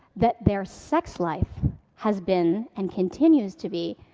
that their sex life has been, and continues to be,